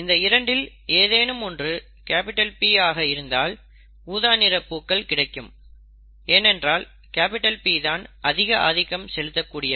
இந்த இரண்டில் ஏதேனும் ஒன்று P ஆக இருந்தால் ஊதா நிற பூக்கள் கிடைக்கும் ஏனென்றால் P தான் அதிக ஆதிக்கம் செலுத்தக் கூடியது